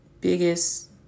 biggest